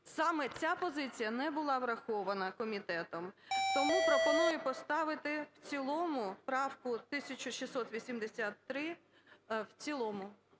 Саме ця позиція не була врахована комітетом. Тому пропоную поставити в цілому правку 1683,